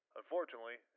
Unfortunately